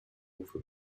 hufe